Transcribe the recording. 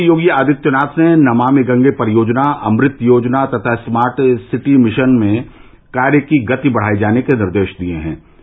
मुख्यमंत्री योगी आदित्यनाथ ने नमामि गंगे परियोजना अमृत योजना तथा स्मार्ट सिटी मिशन में कार्य की गति बढ़ाए जाने के निर्देश दिए हैं